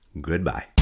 Goodbye